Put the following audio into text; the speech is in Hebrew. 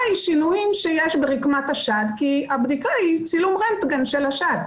היא שיוניים שיש ברקמת השד כי הבדיקה היא צילום רנטגן של השד.